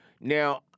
Now